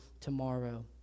tomorrow